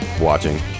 watching